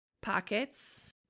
pockets